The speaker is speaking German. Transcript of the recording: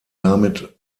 damit